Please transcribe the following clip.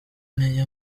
intege